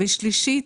שלישית,